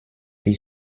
die